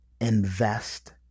invest